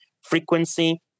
frequency